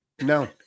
no